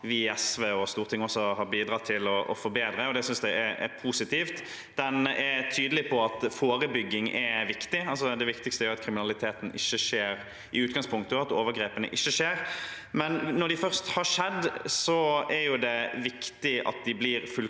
resten av Stortinget også har bidratt til å forbedre. Det synes jeg er positivt. Den er tydelig på at forebygging er viktig. Det viktigste er jo at kriminaliteten ikke skjer i utgangspunktet, og at overgrepene ikke skjer, men når de først har skjedd, er det viktig at de blir fulgt